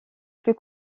plus